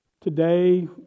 today